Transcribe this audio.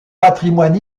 patrimoine